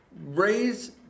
raise